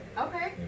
Okay